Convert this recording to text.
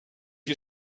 you